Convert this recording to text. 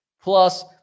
Plus